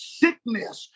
sickness